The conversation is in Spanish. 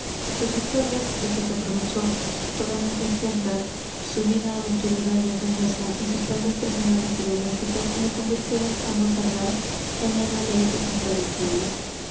sus victorias de que se aprovechó toda la cristiandad su vida aventurera y hazañosa y sus prendas personales y domésticas le convirtieron á no tardar en héroe de épicas tradiciones